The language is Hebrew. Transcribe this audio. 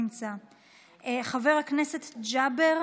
חבר הכנסת ג'אבר